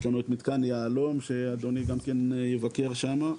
יש לנו את מתקן יהלום שאדוני גם כן יבקר שם.